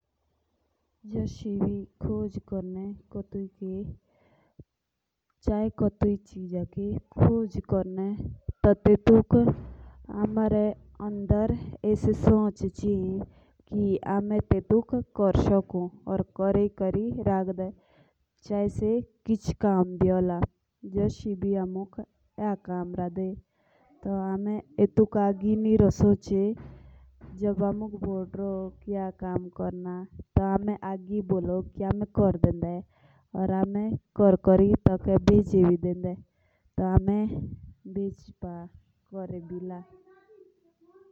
जोश आमे कोतुई की भी खोज की जाए तो मुझे खुशी हो और आगे कोई भी हो। जस की हम क्र सकु या टेटके नंगे मुज आचे से सोचनो परदो।